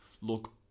Look